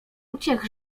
uciech